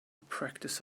practice